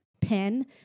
pen